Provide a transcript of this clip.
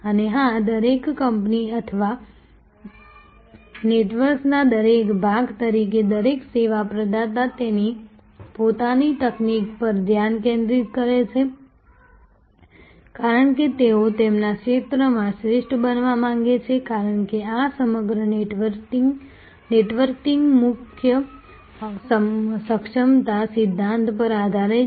અને હા દરેક કંપની અથવા નેટવર્કના દરેક ભાગ તરીકે દરેક સેવા પ્રદાતા તેની પોતાની તકનીક પર ધ્યાન કેન્દ્રિત કરે છે કારણ કે તેઓ તેમના ક્ષેત્રમાં શ્રેષ્ઠ બનવા માંગે છે કારણ કે આ સમગ્ર નેટવર્કિંગ મુખ્ય સક્ષમતા સિદ્ધાંત પર આધારિત છે